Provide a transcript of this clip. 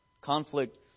conflict